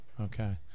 okay